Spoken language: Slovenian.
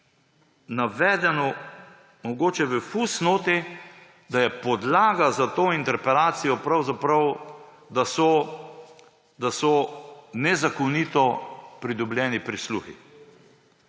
navedeno, mogoče v fusnoti, da so podlaga za to interpelacijo pravzaprav nezakonito pridobljeni prisluhi.